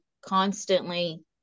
constantly